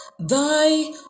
Thy